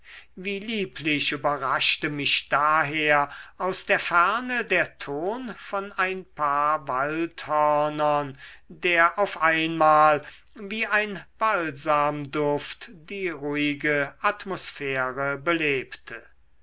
wie lieblich überraschte mich daher aus der ferne der ton von ein paar waldhörnern der auf einmal wie ein balsamduft die ruhige atmosphäre belebte